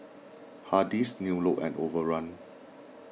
Hardy's New Look and Overrun